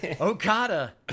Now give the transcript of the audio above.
Okada